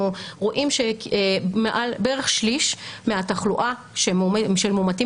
אנחנו רואים שבערך שליש מהתחלואה של מאומתים